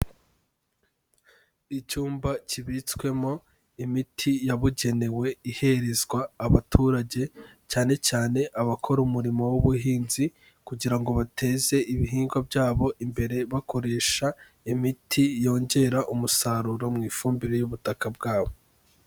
Icyumba kibitswemo imiti yabugenewe, iherezwa abaturage cyane cyane abakora umurimo w'ubuhinzi, kugira ngo bateze ibihingwa byabo imbere, bakoresha imiti yongera umusaruro mu ifumbire y'ubutaka bwabo.